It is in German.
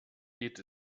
geht